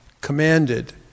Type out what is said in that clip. Commanded